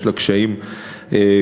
יש בה קשיים גדולים.